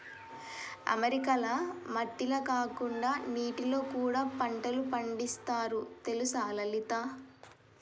అమెరికాల మట్టిల కాకుండా నీటిలో కూడా పంటలు పండిస్తారు తెలుసా లలిత